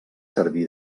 servir